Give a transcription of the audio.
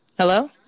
hello